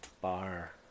bar